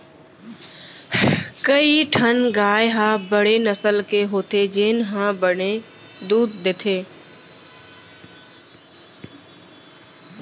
कई ठन गाय ह बड़े नसल के होथे जेन ह बने दूद देथे